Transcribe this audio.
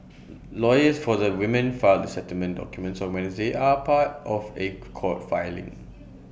lawyers for the women filed the settlement documents on Wednesday are part of A court filing